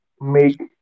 make